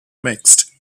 mixed